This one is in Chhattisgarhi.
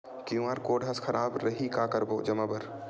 क्यू.आर कोड हा खराब रही का करबो जमा बर?